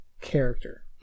character